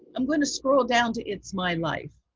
i'm going to scroll down to it's my life